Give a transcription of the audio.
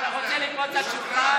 בליאק, אתה רוצה לקפוץ על שולחן?